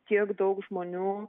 tiek daug žmonių